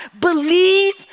believe